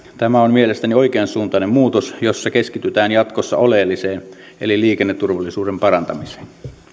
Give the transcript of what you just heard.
tämä on mielestäni oikean suuntainen muutos jossa keskitytään jatkossa oleelliseen eli liikenneturvallisuuden parantamiseen